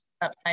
upside